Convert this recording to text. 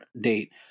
date